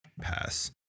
pass